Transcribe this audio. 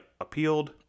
appealed